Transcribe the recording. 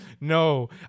no